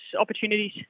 opportunities